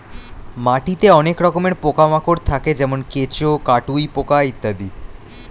মাটিতে অনেক রকমের পোকা মাকড় থাকে যেমন কেঁচো, কাটুই পোকা ইত্যাদি